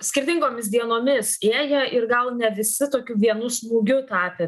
skirtingomis dienomis ėję ir gal ne visi tokiu vienu smūgiu tapę